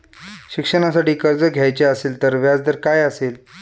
शिक्षणासाठी कर्ज घ्यायचे असेल तर व्याजदर काय असेल?